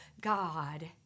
God